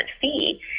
fee